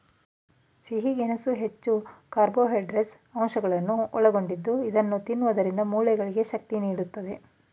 ಸಿಹಿ ಗೆಣಸು ಹೆಚ್ಚು ಕಾರ್ಬೋಹೈಡ್ರೇಟ್ಸ್ ಅಂಶಗಳನ್ನು ಒಳಗೊಂಡಿದ್ದು ಇದನ್ನು ತಿನ್ನೋದ್ರಿಂದ ಮೂಳೆಗೆ ಶಕ್ತಿ ನೀಡುತ್ತದೆ